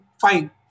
fine